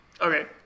Okay